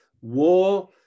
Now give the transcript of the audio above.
war